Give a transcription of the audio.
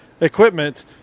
equipment